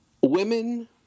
women